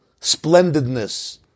splendidness